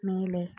மேலே